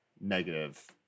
negative